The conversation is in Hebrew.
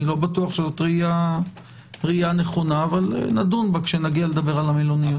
אני לא בטוח שזו ראייה נכונה אבל נדון בה כשנגיע לדבר על המלוניות.